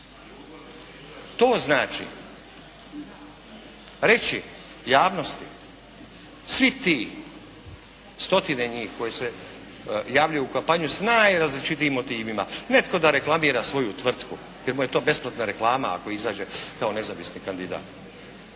To znači reći javnosti svi ti, stotine njih koje se javljaju u kampanju s najrazličitijim motivima. Netko da reklamira svoju tvrtku jer mu je to besplatna reklama ako izađe kao nezavisni kandidat.